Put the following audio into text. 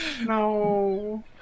No